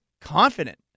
confident